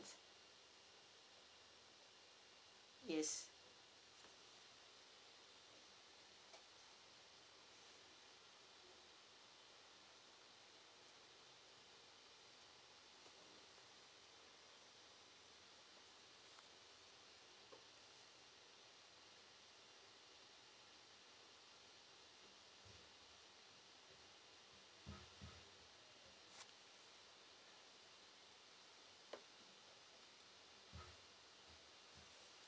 yes